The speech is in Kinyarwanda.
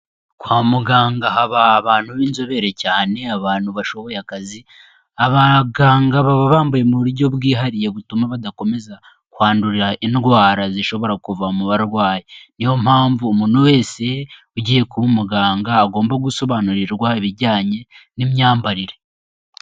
Kwa muganga haba abantu b'inzobere cyane, abantu bashoboye akazi, abaganga baba bambaye mu buryo bwihariye butuma badakomeza kwandurira indwara zishobora kuva mu barwayi, niyo mpamvu umuntu wese ugiye kuba umuganga agomba gusobanurirwa ibijyanye n'imyambarire.